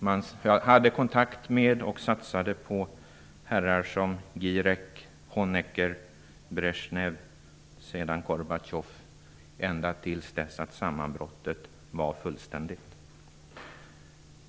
Man hade kontakt med och satsade på herrar som Gierek, Honecker, Brezjnev och Gorbatjov ända tills sammanbrottet var fullständigt.